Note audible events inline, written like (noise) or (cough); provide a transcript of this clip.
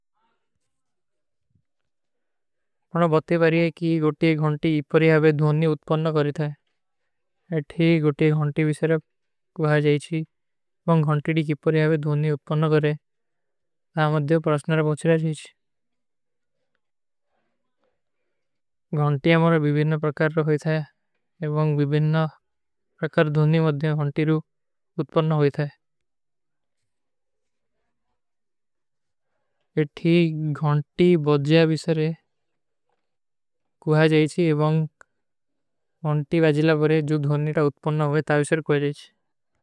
ପନା ବତେ ବାରେ କୀ ଗୋଟୀ ଗୌନ୍ଟୀ ଇପରେ ହାଵେ ଧୋନୀ ଉତ୍ପନ୍ନ କରେ ଥାଯ। ଏଠୀ ଗୋଟୀ ଗୌନ୍ଟୀ ଵିସରେ କୁହା ଜାଈଚୀ ବଂଗ ଗୌନ୍ଟୀ ଡିକ ଇପରେ ହାଵେ ଧୋନୀ ଉତ୍ପନ୍ନ କରେ। ଆପ ମେଂ ଦେଵା ପ୍ରାସ୍ଟନାରା ବହୁଚ ରହା ଜାଈଚୀ। (hesitation) ଗୌନ୍ଟୀ ଅମର ଭୀବେନ ପ୍ରକାର ଥାଏ ଏବଂଗ ଭୀବେନ ପ୍ରକାର ଧୋନୀ ମେଂ ଗୌନ୍ଟୀ ଉତ୍ପନ୍ନ ହୋଈ ଥାଏ। (hesitation) ଏଠୀ ଗୌନ୍ଟୀ ବଜ୍ଜା ଵିସରେ (hesitation) କୁହା ଜାଈଚୀ ଏବଂଗ ଗୌନ୍ଟୀ ବାଜିଲା ବରେ ଜୋ ଧୋନୀ ଉତ୍ପନ୍ନ ହୋଈ ତାଵିସର କୁହା ଜାଈଚୀ।